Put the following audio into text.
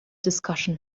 discussion